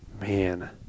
Man